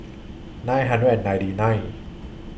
nine hundred and ninety nine